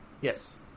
Yes